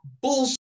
Bullshit